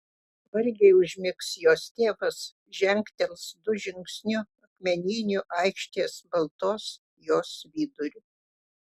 vargiai užmigs jos tėvas žengtels du žingsniu akmeniniu aikštės baltos jos viduriu